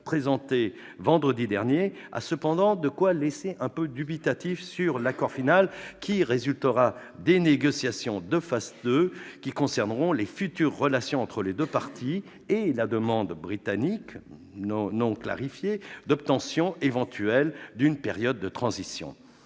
présenté vendredi dernier, a de quoi laisser dubitatif sur l'accord final qui résultera des négociations de phase 2, lesquelles porteront sur les futures relations entre les deux parties et sur la demande britannique, non clarifiée, d'obtenir éventuellement une période de transition.